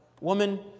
Woman